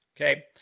Okay